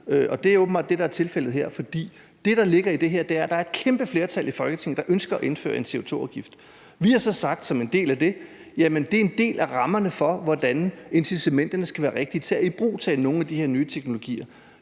og det er åbenbart det, der er tilfældet her, for det, der ligger i det her, er, at der er et kæmpe flertal i Folketinget, der ønsker at indføre en CO2-afgift. Vi har så sagt som en del af det, at det er en del af rammerne for, hvordan incitamenterne skal være rigtige til at ibrugtage nogle af de her nye teknologier.